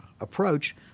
approach